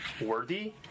worthy